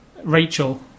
Rachel